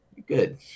good